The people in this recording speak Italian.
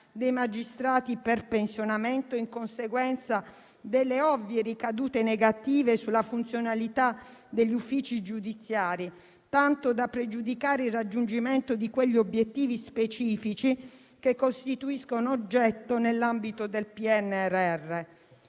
dei magistrati per pensionamento, in conseguenza delle ovvie ricadute negative sulla funzionalità degli uffici giudiziari, tanto da pregiudicare il raggiungimento di quegli obiettivi specifici che costituiscono oggetto nell'ambito del Piano